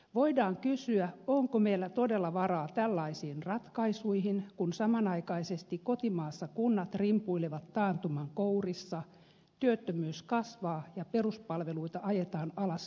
voidaan kysyä onko meillä todella varaa tällaisiin ratkaisuihin kun samanaikaisesti kotimaassa kunnat rimpuilevat taantuman kourissa työttömyys kasvaa ja peruspalveluita ajetaan alas tuottavuusohjelmien nimissä